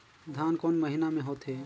धान कोन महीना मे होथे?